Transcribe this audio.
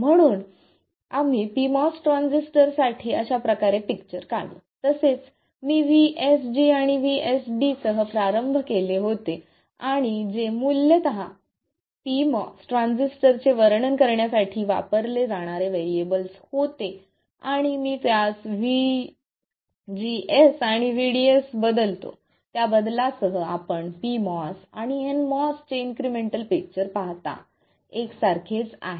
म्हणून आम्ही pMOS ट्रान्झिस्टरसाठी अशाप्रकारे पिक्चर काढू तसेच मी vSG आणि vSD सह प्रारंभ केले होते आणि जे मूलतः pMOS ट्रान्झिस्टरचे वर्णन करण्यासाठी वापरले जाणारे व्हेरिएबल्स होते आणि मी त्यास vGS आणि vDS बदलतो त्या बदलासह आपण pMOS आणि nMOS चे इन्क्रिमेंटल पिक्चर पाहता एकसारखेच आहेत